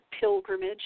pilgrimage